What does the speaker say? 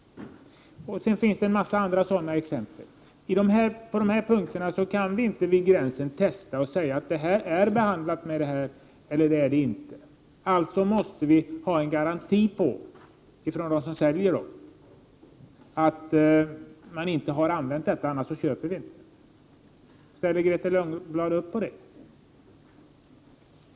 Det finns ett otal andra exempel. När det gäller exempel av den här typen kan vi inte vid gränsen testa livsmedlen och avgöra huruvida de är behandlade eller inte. Vi måste alltså ha en garanti från försäljarna att livsmedlen inte har behandlats. Annars köper vi dem inte. Ställer sig Grethe Lundblad bakom detta krav?